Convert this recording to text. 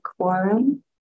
quorum